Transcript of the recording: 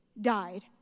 died